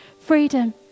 freedom